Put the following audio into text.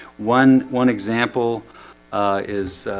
one one example is